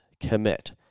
commit